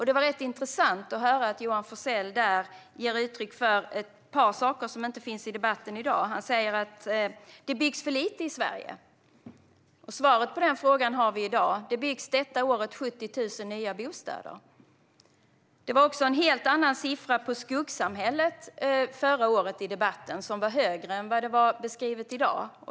Det var rätt intressant att höra att Johan Forssell där ger uttryck för ett par saker som inte finns med i debatten i dag. Han säger att det byggs för lite i Sverige. Svaret på den frågan har vi i dag: Det byggs detta år 70 000 nya bostäder. Det gavs också i förra årets debatt en helt annan siffra över skuggsamhället. Den var högre än den siffra som nämns i dag.